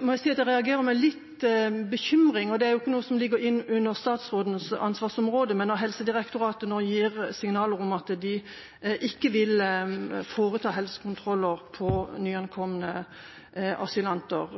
må si at jeg reagerer med litt bekymring – og det er ikke noe som ligger under statsrådens ansvarsområde – når Helsedirektoratet nå gir signaler om at de ikke vil foreta helsekontroller av nyankomne asylanter.